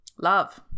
love